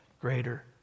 greater